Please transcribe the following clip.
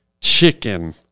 chicken